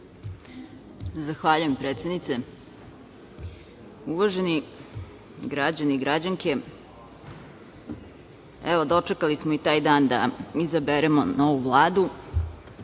Zahvaljujem, predsednice. Uvaženi građani i građanke, evo dočekali smo i taj dan da izaberemo novu Vladu.